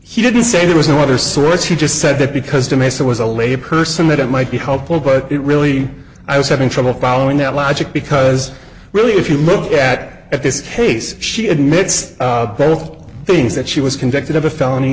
he didn't say there was no other source he just said that because to me so was a layperson that it might be helpful but it really i was having well following that logic because really if you look at it this case she admits both things that she was convicted of a felony